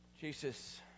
Jesus